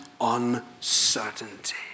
uncertainty